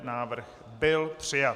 Návrh byl přijat.